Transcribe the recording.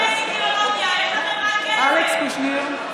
בעד אלכס קושניר,